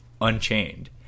unchained